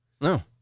No